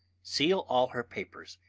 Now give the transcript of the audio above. seal all her papers,